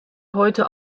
heute